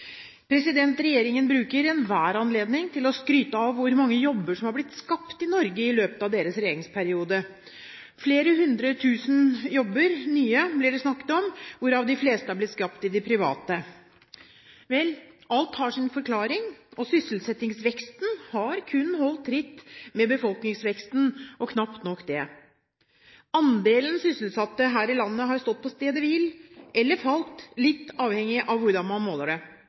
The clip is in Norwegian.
Regjeringen bruker enhver anledning til å skryte av hvor mange jobber som er blitt skapt i Norge i løpet av deres regjeringsperiode. Flere hundre tusen nye jobber blir det snakket om, hvorav de fleste er blitt skapt i det private. Vel, alt har sin forklaring, og sysselsettingsveksten har kun holdt tritt med befolkningsveksten, og knapt nok det. Andelen sysselsatte her i landet har stått på stedet hvil eller falt, litt avhengig av hvordan man måler det.